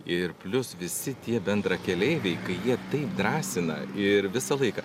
ir plius visi tie bendrakeleiviai kai jie taip drąsina ir visą laiką